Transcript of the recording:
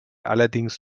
allerdings